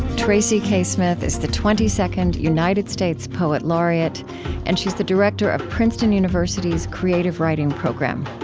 tracy k. smith is the twenty second united states poet laureate and she's the director of princeton university's creative writing program.